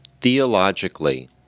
Theologically